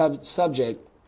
subject